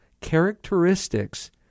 characteristics